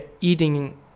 eating